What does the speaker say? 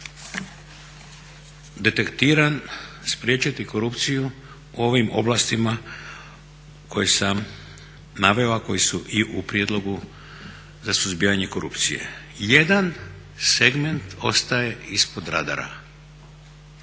detektiran spriječiti korupciju u ovom oblastima koje sam naveo a koji su i u prijedlogu za suzbijanje korupcije. Jedan segment ostaje ispod radara.